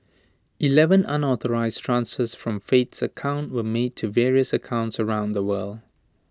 Eleven unauthorised from Faith's account were made to various accounts around the world